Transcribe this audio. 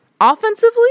offensively